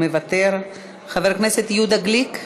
מוותר, חבר הכנסת יהודה גליק,